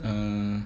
um